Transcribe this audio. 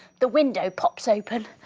the window pops open,